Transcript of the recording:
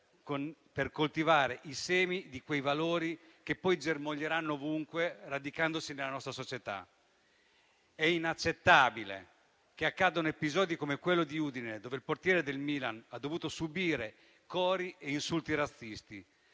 per coltivare i semi di quei valori che poi germoglieranno ovunque, radicandosi nella nostra società. È inaccettabile che accadano episodi come quello di Udine, dove il portiere del Milan ha dovuto subire cori e insulti razzisti,